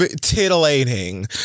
titillating